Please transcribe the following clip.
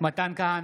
מתן כהנא,